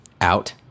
out